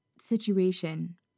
situation